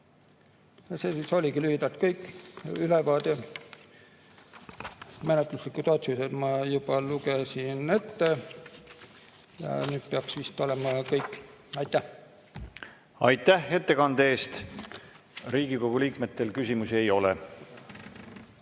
See oligi lühidalt kogu ülevaade. Menetluslikud otsused ma juba lugesin ette. Nüüd peaks vist olema kõik. Aitäh! Aitäh ettekande eest! Riigikogu liikmetel küsimusi ei ole.